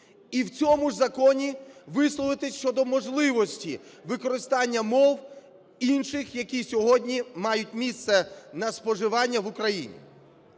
і в цьому ж законі висловитись щодо можливості використання мов інших, які сьогодні мають місце на споживання в Україні.